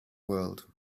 world